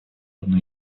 одну